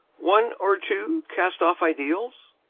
one or two cast-off ideals?